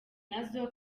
nazo